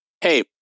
Hey